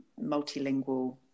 multilingual